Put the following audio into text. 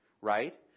right